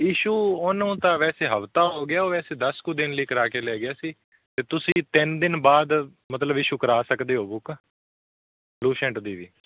issue ਉਹਨੂੰ ਤਾਂ ਵੈਸੇ ਹਫਤਾ ਹੋ ਗਿਆ ਉਹ ਵੈਸੇ ਦਸ ਕੁ ਦਿਨ ਲਈ ਕਰਵਾ ਕੇ ਲੈ ਗਿਆ ਸੀ ਅਤੇ ਤੁਸੀਂ ਤਿੰਨ ਦਿਨ ਬਾਅਦ ਮਤਲਬ ਈਸ਼ੂ ਕਰਵਾ ਸਕਦੇ ਹੋ ਬੁੱਕ ਲੂਸੈਂਟ ਦੀ ਵੀ